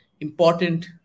important